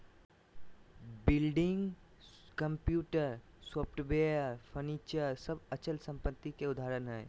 buildings, computer, software, furniture सब अचल संपत्ति के उदाहरण हय